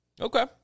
Okay